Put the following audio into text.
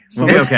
Okay